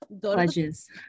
pledges